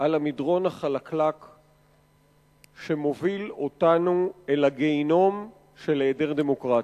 על המדרון החלקלק שמוביל אותנו אל הגיהינום של היעדר דמוקרטיה.